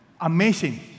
Amazing